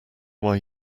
why